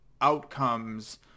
outcomes